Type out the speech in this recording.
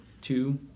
two